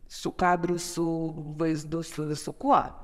su kadru su vaizdu su visu kuo